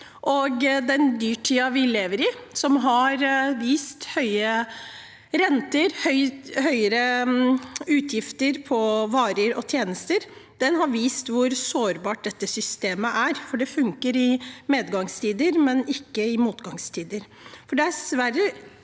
Den dyrtiden vi lever i, med høye renter og høyere utgifter på varer og tjenester, har vist hvor sårbart dette systemet er, for det fungerer i medgangstider, men ikke i motgangstider.